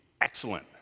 Excellent